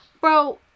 Bro